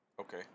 Okay